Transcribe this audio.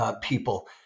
people